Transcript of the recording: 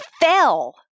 fell